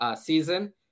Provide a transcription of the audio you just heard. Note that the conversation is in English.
season